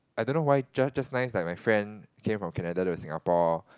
I don't know why ju~ just nice like my friend came from Canada to Singapore